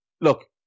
Look